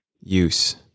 use